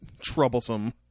troublesome